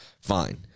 Fine